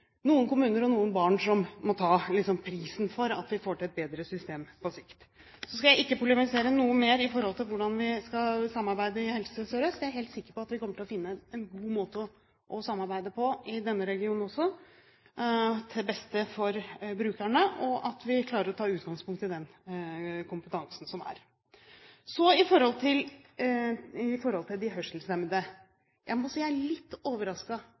noen kommuner og noen barn som liksom må betale prisen for at vi får til et bedre system på sikt. Så skal jeg ikke polemisere noe mer i forhold til hvordan vi skal samarbeide i Helse Sør-Øst. Jeg er helt sikker på at vi kommer til å finne en god måte å samarbeide på i denne regionen også, til beste for brukerne, og at vi klarer å ta utgangspunkt i den kompetansen som er. Så til de hørselshemmede. Jeg må si jeg er litt